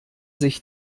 sich